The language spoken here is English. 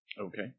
Okay